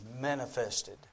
manifested